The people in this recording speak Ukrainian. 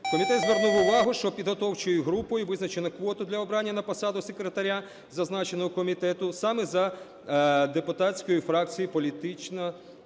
Комітет звернув увагу, що підготовчою групою визначено квоту для обрання на посаду секретаря зазначеного комітету саме за депутатської фракція політичної